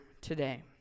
today